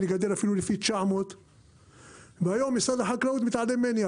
אני אגדל אפילו לפי 900. והיום משרד החקלאות מתעלם ממני,